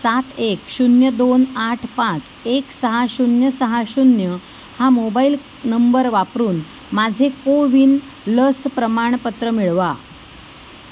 सात एक शून्य दोन आठ पाच एक सहा शून्य सहा शून्य हा मोबाईल नंबर वापरून माझे कोविन लस प्रमाणपत्र मिळवा